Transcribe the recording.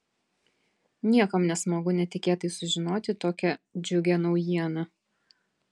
niekam nesmagu netikėtai sužinoti tokią džiugią naujieną